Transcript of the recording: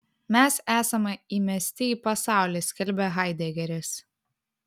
mes esame įmesti į pasaulį skelbia haidegeris